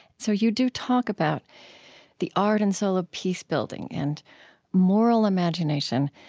so you do talk about the art and soul of peace-building and moral imagination.